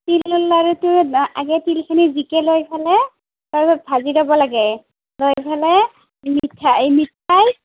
তিলৰ লাড়ুটো না আগে তিলখিনি ভিগে লৈ পেলাই তাৰপিছত ভাজি ল'ব লাগে লৈ পেলাই মিঠাই মিঠাই